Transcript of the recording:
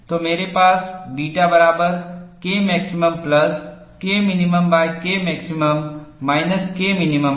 तो मेरे पास बीटा बराबर Kmax plus Kmin Kmax minus Kmin है